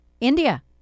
India